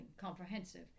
comprehensive